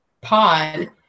pod